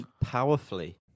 powerfully